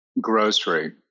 grocery